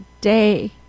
day